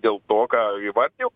dėl to ką įvardijau